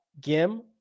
Gim